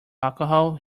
alcohol